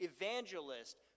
evangelist